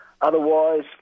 Otherwise